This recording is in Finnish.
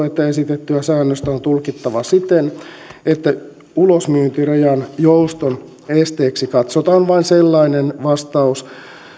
että esitettyä säännöstä on tulkittava siten että ulosmyyntirajan jouston esteeksi katsotaan vain sellainen vastaus